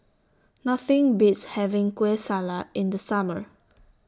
Nothing Beats having Kueh Salat in The Summer